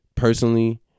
personally